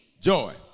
joy